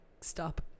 stop